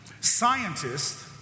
Scientists